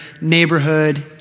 neighborhood